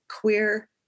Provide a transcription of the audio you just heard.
queer